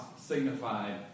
signified